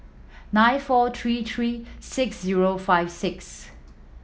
nine four three three six zero five six